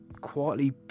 quietly